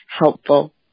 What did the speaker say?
helpful